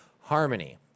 harmony